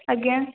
ଆଜ୍ଞା